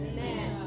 Amen